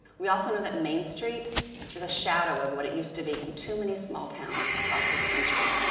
we also know that main street is a shadow of what it used to be in too many small towns across this country.